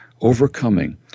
overcoming